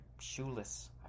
shoeless